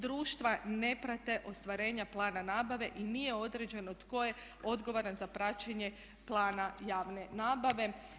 Društva ne prate ostvarenja plana nabave i nije određeno tko je odgovoran za praćenje plana javne nabave.